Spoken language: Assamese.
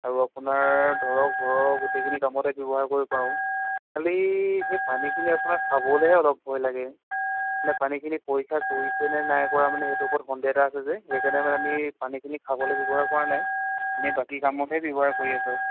আৰু আপোনাৰ ধৰক ঘৰৰ গোটেইখিনি কামতে ব্যৱহাৰ কৰিব পাৰোঁ খালি সেই পানীখিনি আপোনাৰ খাবলৈহে অলপ ভয় লাগে মানে পানীখিনি পৰীক্ষা কৰিছেনে নাই কৰা মানে সেইটো ওপৰত সন্দেহ এটা আছে যে সেইকাৰণে মানে আমি পানীখিনি খাবলৈ ব্যৱহাৰ কৰা নাই এনে বাকী কামতহে ব্যৱহাৰ কৰি আছোঁ